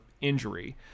injury